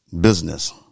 business